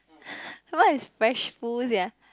what is fresh food sia